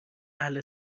اهل